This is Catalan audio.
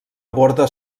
borda